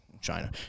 China